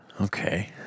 Okay